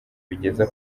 bigeza